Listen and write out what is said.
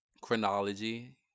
chronology